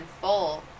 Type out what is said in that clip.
full